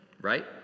right